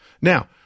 Now